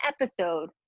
episode